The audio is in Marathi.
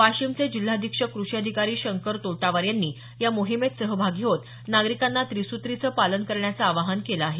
वाशिमचे जिल्हा अधीक्षक क्रषी अधिकारी शंकर तोटावार यांनी या मोहिमेत सहभागी होत नागरिकांना त्रिसुत्रीचं पालन करण्याचं आवाहन केलं आहे